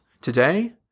Today